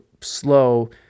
slow